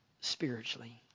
spiritually